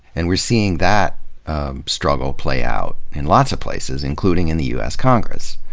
and we're seeing that struggle play out in lots of places, including in the u s. congress.